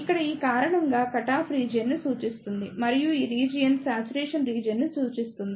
ఇక్కడ ఈ కారణం కటాఫ్ రీజియన్ ని సూచిస్తుంది మరియు ఈ రీజియన్ శ్యాచురేషన్ రీజియన్ ని సూచిస్తుంది